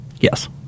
Yes